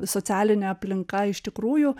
socialinė aplinka iš tikrųjų